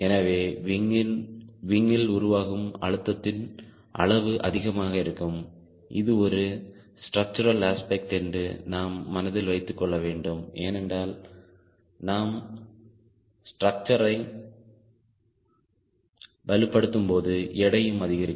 எனவே விங்யில் உருவாகும் அழுத்தத்தின் அளவு அதிகமாக இருக்கும் இது ஒரு ஸ்ட்ரக்சரல் அஸ்பெக்ட் என்று நாம் மனதில் வைத்துக்கொள்ள வேண்டும் ஏனென்றால் நாம் ஸ்ட்ரக்சர் யை வலுப்படுத்தும்போது எடையும் அதிகரிக்கும்